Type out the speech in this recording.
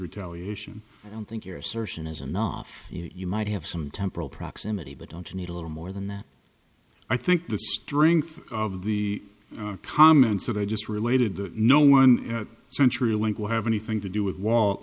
retaliation i don't think your assertion is enough you might have some temporal proximity but don't need a little more than that i think the strength of the comments that i just related that no one century link will have anything to do with wall